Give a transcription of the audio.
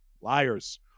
Liars